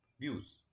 views